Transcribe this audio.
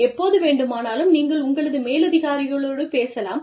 எப்போது வேண்டுமானாலும் நீங்கள் உங்களது மேலதிகாரிகளோடு பேசலாம்